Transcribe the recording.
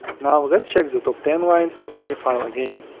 now, let's check the top ten lines of any file again.